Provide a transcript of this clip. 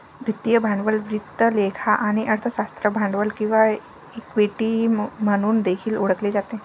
वित्तीय भांडवल वित्त लेखा आणि अर्थशास्त्रात भांडवल किंवा इक्विटी म्हणून देखील ओळखले जाते